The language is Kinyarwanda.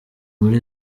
muri